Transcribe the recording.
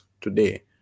today